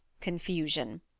confusion